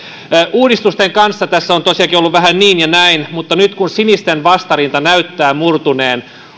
uudistusten kanssa tässä on tosiaankin ollut vähän niin ja näin mutta nyt kun sinisten vastarinta näyttää murtuneen